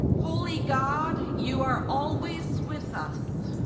holy god, you are always with us.